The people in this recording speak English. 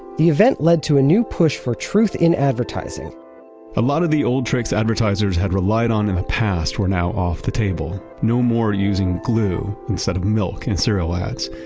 the event led to a new push for truth in advertising a lot of the old tricks advertisers had relied on in the past were now off the table. no more using glue instead of milk in cereal ads.